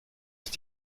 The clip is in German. ist